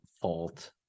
fault